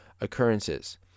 occurrences